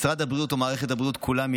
משרד הבריאות ומערכת הבריאות כולה,